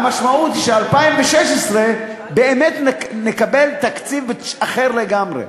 והמשמעות היא שב-2016 באמת נקבל תקציב אחר לגמרי?